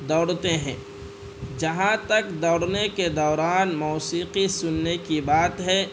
دوڑتے ہیں جہاں تک دوڑنے کے دوران موسیقی سننے کی بات ہے